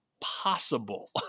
possible